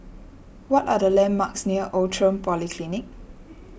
what are the landmarks near Outram Polyclinic